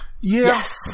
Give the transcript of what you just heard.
Yes